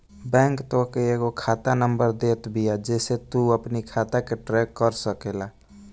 bank तोहके एगो खाता नंबर देत बिया जेसे तू अपनी खाता के ट्रैक कर सकेला